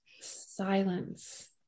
silence